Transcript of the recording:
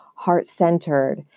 heart-centered